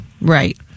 Right